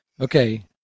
Okay